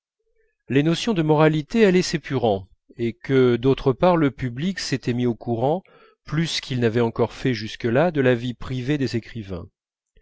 les notions de moralité allaient s'épurant et que d'autre part le public s'était mis au courant plus qu'il n'avait encore fait jusque-là de la vie privée des écrivains